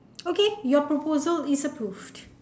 okay your proposal is approved